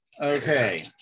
Okay